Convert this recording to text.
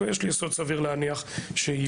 ויש יסוד סביר להניח שיהיו.